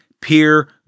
peer